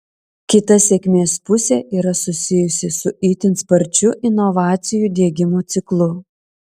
kita sėkmės pusė yra susijusi su itin sparčiu inovacijų diegimo ciklu